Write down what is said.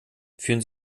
führen